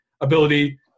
ability